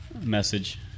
message